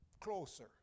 closer